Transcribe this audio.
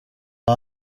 his